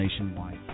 nationwide